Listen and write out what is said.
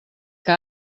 que